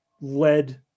led